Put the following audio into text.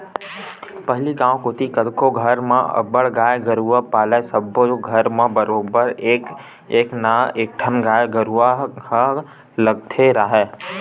पहिली गांव कोती कतको घर म अब्बड़ गाय गरूवा पालय सब्बो घर म बरोबर एक ना एकठन गाय गरुवा ह लगते राहय